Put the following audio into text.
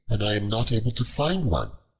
and am not able to find one.